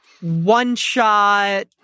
one-shot